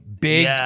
big